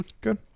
good